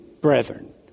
brethren